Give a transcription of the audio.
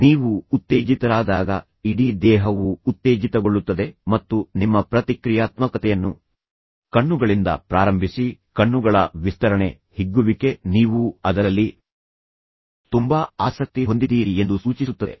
ನೀವು ಉತ್ತೇಜಿತರಾದಾಗ ಇಡೀ ದೇಹವು ಉತ್ತೇಜಿತಗೊಳ್ಳುತ್ತದೆ ಮತ್ತು ನಿಮ್ಮ ಪ್ರತಿಕ್ರಿಯಾತ್ಮಕತೆಯನ್ನು ಕಣ್ಣುಗಳಿಂದ ಪ್ರಾರಂಭಿಸಿ ಕಣ್ಣುಗಳ ವಿಸ್ತರಣೆ ಹಿಗ್ಗುವಿಕೆ ನೀವು ಅದರಲ್ಲಿ ತುಂಬಾ ಆಸಕ್ತಿ ಹೊಂದಿದ್ದೀರಿ ಎಂದು ಸೂಚಿಸುತ್ತದೆ